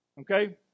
Okay